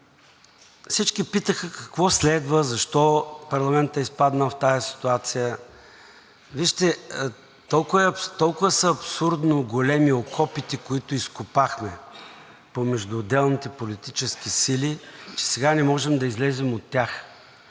Всички питаха: „Какво следва? Защо парламентът изпадна в тази ситуация?“ Вижте, толкова абсурдно големи са окопите, които изкопахме между отделните политически сили, че сега не можем да излезем от тях.